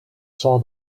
saw